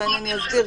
לכן אני אסביר,